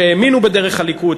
שהאמינו בדרך הליכוד,